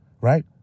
right